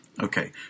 Okay